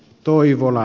toivola